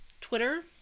Twitter